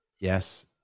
Yes